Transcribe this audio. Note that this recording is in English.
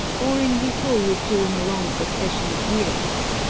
or in repose during a long succession of years.